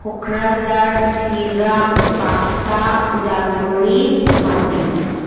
Kokrajhar Chirang Baksa Udalguri Dhemaji